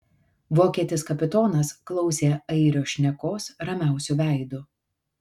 vokietis kapitonas klausė airio šnekos ramiausiu veidu